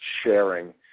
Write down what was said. sharing